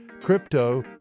Crypto